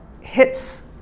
hits